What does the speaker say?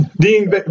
Dean